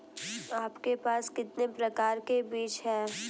आपके पास कितने प्रकार के बीज हैं?